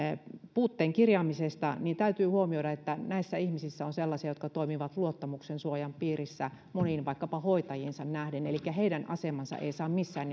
puutteen kirjaamisesta niin täytyy huomioida että näissä ihmisissä on sellaisia jotka toimivat luottamuksen suojan piirissä moniin vaikkapa hoitajiinsa nähden elikkä heidän asemansa ei saa missään